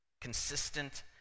consistent